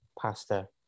pasta